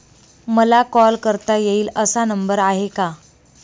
मला कॉल करता येईल असा नंबर आहे का?